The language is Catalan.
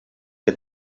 que